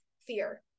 fear